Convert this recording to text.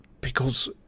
Because